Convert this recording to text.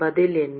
பதில் என்ன